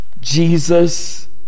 Jesus